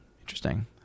Interesting